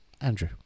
Andrew